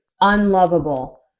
unlovable